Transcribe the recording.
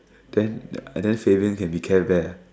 then and then Shavian can be Care-Bear ah